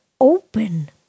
open